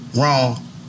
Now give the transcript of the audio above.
wrong